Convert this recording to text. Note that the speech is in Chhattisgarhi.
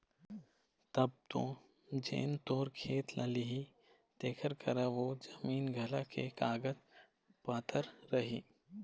तब तो जेन तोर खेत ल लिही तेखर करा ओ जमीन जघा के कागज पतर रही